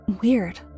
Weird